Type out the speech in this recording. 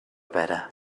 better